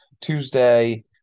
Tuesday